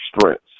strengths